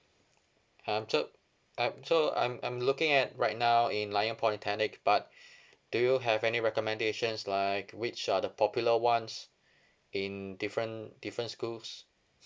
I'm so I'm so I'm I'm looking at right now in ngee ann polytechnic but do you have any recommendations like which are the popular ones in different different schools